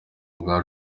bwa